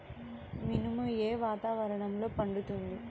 మినుము ఏ వాతావరణంలో పండుతుంది?